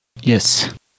Yes